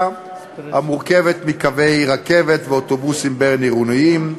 המורכבת מקווי רכבת ואוטובוסים בין-עירוניים,